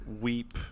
weep